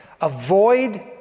avoid